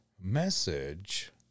message